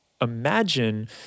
Imagine